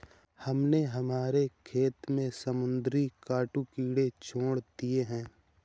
हमने हमारे खेत में समुद्री डाकू कीड़े छोड़ दिए हैं